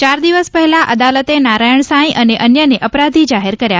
ચાર દિવસ પહેલાં અદાલતે નારાયણસાંઇ અને અન્યને અપરાધી જાહેર કર્યા હતા